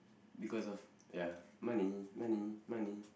because of ya money money money